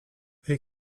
they